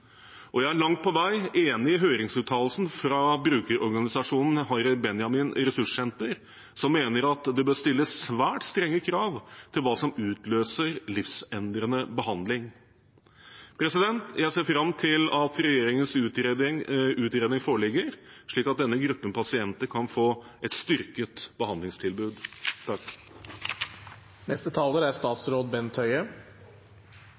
og jeg er langt på vei enig i høringsuttalelsen fra brukerorganisasjonen Harry Benjamin ressurssenter, som mener at det bør stilles svært strenge krav til hva som utløser livsendrende behandling. Jeg ser fram til at regjeringens utredning foreligger, slik at denne gruppen pasienter kan få et styrket behandlingstilbud. Personer med helseutfordringer knyttet til kjønnsidentitet har lenge manglet et helhetlig og tilfredsstillende behandlingstilbud. Regjeringen er